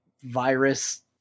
virus